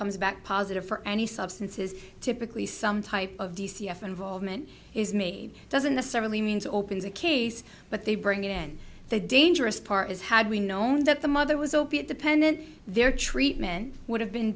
comes back positive for any substances typically some type of d c s involvement is made doesn't necessarily means opens a case but they bring it in the dangerous part is had we known that the mother was opiate dependent their treatment would have been